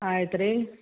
ಆಯ್ತು ರೀ